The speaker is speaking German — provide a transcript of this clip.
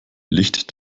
licht